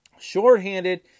Shorthanded